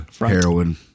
heroin